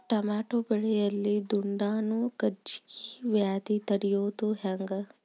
Tomato ಬೆಳೆಯಲ್ಲಿ ದುಂಡಾಣು ಗಜ್ಗಿ ವ್ಯಾಧಿ ತಡಿಯೊದ ಹೆಂಗ್?